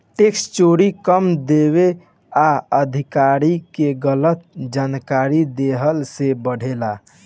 tax चोरी कम देवे आ अधिकारी के गलत जानकारी देहला से बढ़ेला